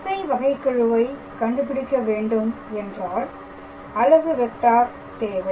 திசை வகைகெழுவை கண்டுபிடிக்க வேண்டும் என்றால் அலகு வெக்டார் தேவை